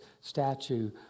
statue